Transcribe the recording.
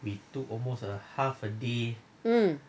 mm